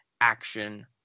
action